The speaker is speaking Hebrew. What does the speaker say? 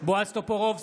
בועז טופורובסקי,